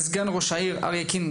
סגן ראש העיר, אריה קינג,